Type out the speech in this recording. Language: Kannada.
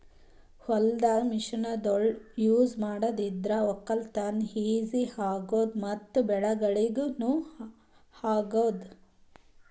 ಹೊಲ್ದಾಗ್ ಮಷಿನ್ಗೊಳ್ ಯೂಸ್ ಮಾಡಾದ್ರಿಂದ ವಕ್ಕಲತನ್ ಈಜಿ ಆಗ್ಯಾದ್ ಮತ್ತ್ ಬೆಳವಣಿಗ್ ನೂ ಆಗ್ಯಾದ್